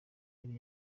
yari